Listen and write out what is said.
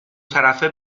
طرفه